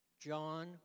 John